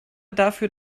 dafür